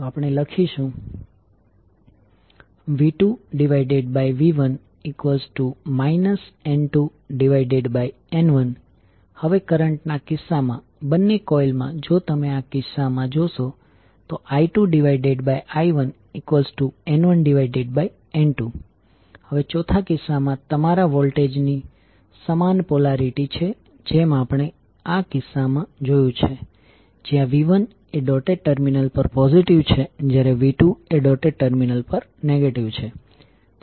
તો આપણે લખીશું V2V1 N2N1 હવે કરંટ ના કિસ્સામાં બંને કોઇલ માં જો તમે આ કિસ્સામાં જોશો તો I2I1N1N2 હવે ચોથા કિસ્સામાં તમારા વોલ્ટેજ ની સમાન પોલારીટી છે જેમ આપણે આ કિસ્સામાં જોયું છે જ્યાં V1 એ ડોટેડ ટર્મિનલ પર પોઝિટિવ છે જ્યારે V2 એ ડોટેડ ટર્મિનલ પર નેગેટિવ છે